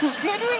did